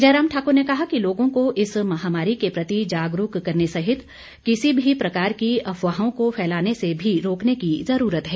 जयराम ठाकुर ने कहा कि लोगों को इस महामारी के प्रति जागरूक करने सहित किसी भी प्रकार की अफवाहों को फैलाने से भी रोकने की जुरूरत है